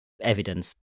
evidence